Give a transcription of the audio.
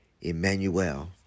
Emmanuel